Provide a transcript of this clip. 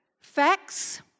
facts